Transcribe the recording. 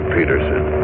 Peterson